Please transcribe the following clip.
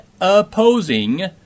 opposing